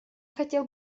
хотел